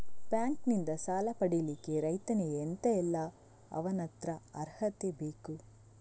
Bank ನಿಂದ ಸಾಲ ಪಡಿಲಿಕ್ಕೆ ರೈತನಿಗೆ ಎಂತ ಎಲ್ಲಾ ಅವನತ್ರ ಅರ್ಹತೆ ಬೇಕು?